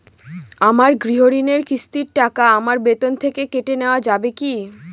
আমার গৃহঋণের কিস্তির টাকা আমার বেতন থেকে কেটে নেওয়া যাবে কি?